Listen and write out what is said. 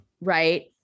right